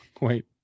Wait